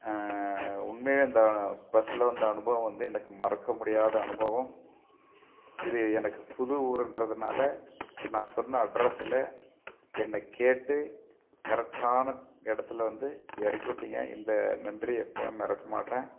உண்மையாவே இந்த பஸ்ஸில் வந்த அனுபவம் வந்து எனக்கு மறக்க முடியாத அனுபவம் இது எனக்கு புது ஊருன்றதினால நான் சொன்ன அட்ரஸில் என்னை கேட்டு கரெக்ட்டான இடத்துல வந்து இறக்கி விட்டிங்க இந்த நன்றியை எப்போவுமே மறக்க மாட்டேன்